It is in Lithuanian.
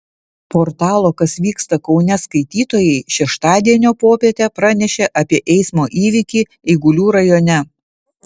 portalo kas vyksta kaune skaitytojai šeštadienio popietę pranešė apie eismo įvykį eigulių rajone